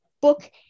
book